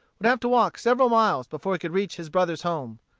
would have to walk several miles before he could reach his brother's home.